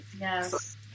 Yes